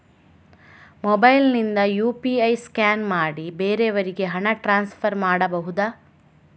Mobile ನಿಂದ UPI scan ಮಾಡಿ ಬೇರೆಯವರಿಗೆ ಹಣ ಟ್ರಾನ್ಸ್ಫರ್ ಮಾಡಬಹುದ?